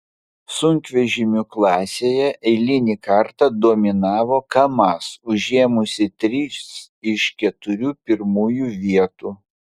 sunkvežimių klasėje eilinį kartą dominavo kamaz užėmusi tris iš keturių pirmųjų vietų